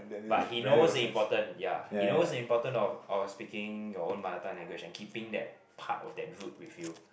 but he knows the important ya he knows the important of of speaking your own mother tongue language and keeping that part of that root with you